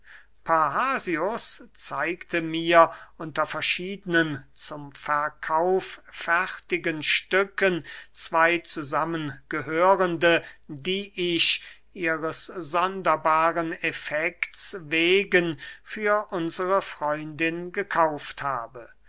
parrhasius zeigte mir unter verschiedenen zum verkauf fertigen stücken zwey zusammen gehörende die ich ihres sonderbaren effekts wegen für unsre freundin gekauft habe